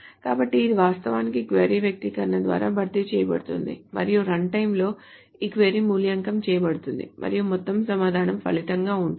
కాబట్టి ఇది వాస్తవానికి క్వరీ వ్యక్తీకరణ ద్వారా భర్తీ చేయబడుతోంది మరియు రన్ టైమ్లో ఈ క్వరీ మూల్యాంకనం చేయబడుతుంది మరియు మొత్తం సమాధానం ఫలితంగా ఉంటుంది